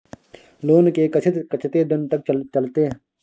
Loan के किस्त कत्ते दिन तक चलते?